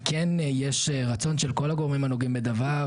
יש רצון של כל הגורמים הנוגעים בדבר,